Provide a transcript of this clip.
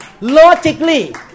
Logically